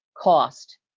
cost